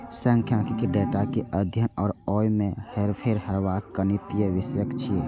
सांख्यिकी डेटा के अध्ययन आ ओय मे हेरफेर करबाक गणितीय विषय छियै